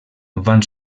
van